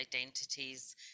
identities